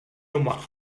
nummer